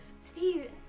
Steve